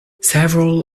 several